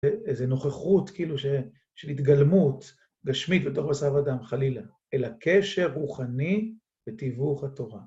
איזו נוכחות כאילו של התגלמות גשמית בתוך בשר אדם, חלילה. אלא קשר רוחני ותיווך התורה.